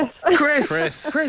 Chris